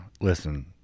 Listen